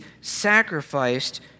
sacrificed